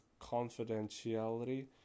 confidentiality